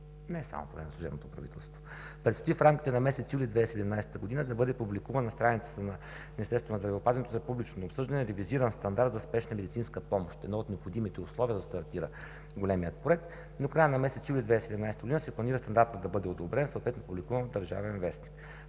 и не само по време на служебното правителство. Предстои в рамките на месец юли 2017 г. да бъде публикуван на страницата на Министерството на здравеопазването за публично обсъждане ревизиран стандарт за спешна медицинска помощ – едно от необходимите условия, за да стартира големият проект. До края на месец юли 2017 г. се планира стандартът да бъде одобрен, съответно публикуван в „Държавен вестник“.